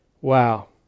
Wow